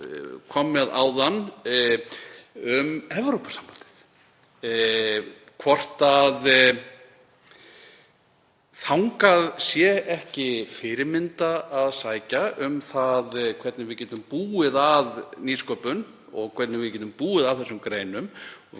kom með áðan um Evrópusambandið, hvort þangað sé ekki fyrirmynd að sækja um það hvernig við getum búið að nýsköpun og hvernig við getum búið að þessum greinum.